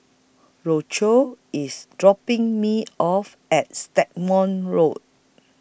Roscoe IS dropping Me off At Stagmont Road